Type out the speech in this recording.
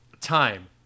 Time